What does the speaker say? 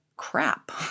crap